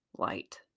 light